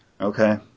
Okay